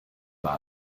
war